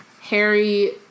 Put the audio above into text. Harry